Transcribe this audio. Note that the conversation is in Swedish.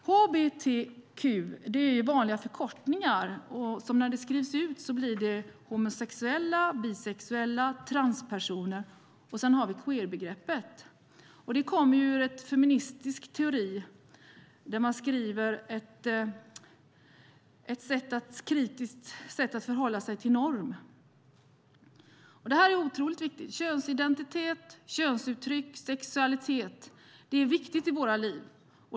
Hbtq är en förkortning för homosexuella, bisexuella, transpersoner och queerpersoner. Queerbegreppet kommer från feministisk teori där man beskriver det som ett kritiskt sätt att förhålla sig till norm. Detta är otroligt viktigt. Könsidentitet, könsuttryck och sexualitet är viktiga i våra liv.